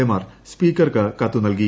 എമാർ സ്പീക്കർക്ക് കത്ത് നൽകി